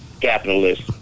capitalist